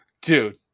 Dude